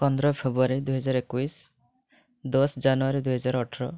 ପନ୍ଦର ଫେବୃୟାରୀ ଦୁଇ ହଜାର ଏକୋଇଶ ଦଶ ଜାନୁୟାରୀ ଦୁଇ ହଜାର ଅଠର